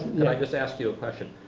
like just ask you a question?